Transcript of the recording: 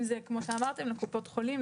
אם זה כמו שאמרתם לקופות החולים,